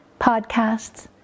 podcasts